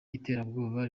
iterabwoba